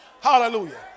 Hallelujah